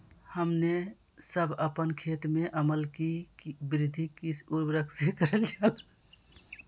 हमने सब अपन खेत में अम्ल कि वृद्धि किस उर्वरक से करलजाला?